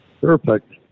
Perfect